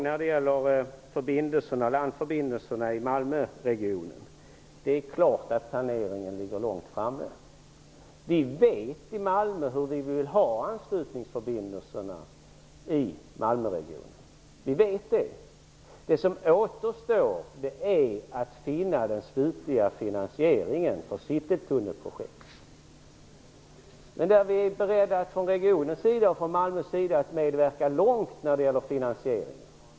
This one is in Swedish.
När det gäller landförbindelserna i Malmöregionen ligger planeringen långt framme. Vi vet i Malmö hur vi vill ha anslutningsförbindelserna i regionen. Det som återstår är att finna den slutliga finansieringen för citytunnelprojektet. Vi är beredda från regionens sida att medverka långt när det gäller finansieringen.